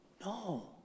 No